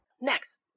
Next